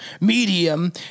medium